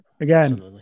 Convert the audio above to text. again